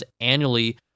annually